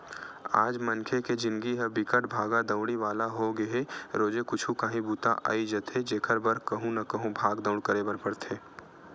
आज मनखे के जिनगी ह बिकट भागा दउड़ी वाला होगे हे रोजे कुछु काही बूता अई जाथे जेखर बर कहूँ न कहूँ भाग दउड़ करे बर परथे